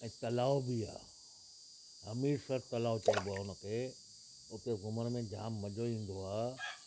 ऐं तलाव बि आहे हमीर तलाव चइबो आहे हुन खे उते घुमण में जाम मज़ो ईंदो आहे